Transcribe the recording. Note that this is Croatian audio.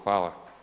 Hvala.